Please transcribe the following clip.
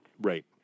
Right